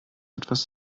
etwas